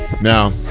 Now